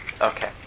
Okay